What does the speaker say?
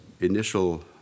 initial